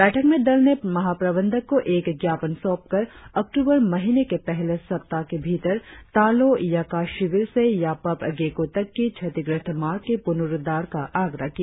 बैठक में दल ने महाप्रबंधक को एक ज्ञापन सौंपकर अक्टुबर महीने के पहले सप्ताह के भीतर तालो यका शिविर से यापप गेको तक की क्षतिग्रस्त मार्ग के पुनुरुद्धार और रखरखाव का आग्रह किया